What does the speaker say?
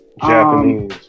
Japanese